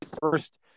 first